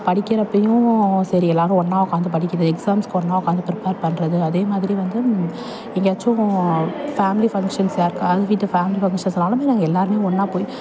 படிக்கிறப்பையும் சரி எல்லாரும் ஒன்னாக உக்காந்து படிக்கிறது எக்ஸாம்ஸ்க்கு ஒன்னாக உக்காந்து ப்ரிப்பேர் பண்ணுறது அதே மாதிரி வந்து எங்கேயாச்சும் ஃபேம்லி ஃபங்ஷன்ஸ் யாருக்காவது வீட்டு ஃபேம்லி ஃபங்ஷன்ஸ்னாலுமே நாங்கள் எல்லாருமே ஒன்னாக போய்